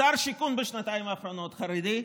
שר השיכון בשנתיים האחרונות חרדי,